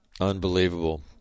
unbelievable